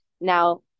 now